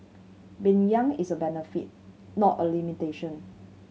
being young is a benefit not a limitation